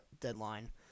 deadline